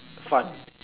fun